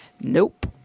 Nope